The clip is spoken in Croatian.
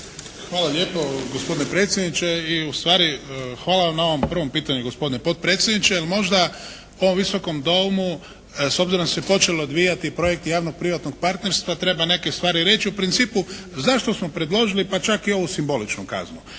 Hvala lijepo gospodine predsjedniče. I ustvari hvala vam na ovom prvom pitanju gospodine potpredsjedniče. Možda ovom Visokom domu s obzirom da se počeo odvijati projekt javno-privatnog partnerstva treba neke stvari reći. U principu zašto smo predložili pa čak i ovu simboličnu kaznu?